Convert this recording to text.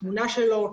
התמונה שלו,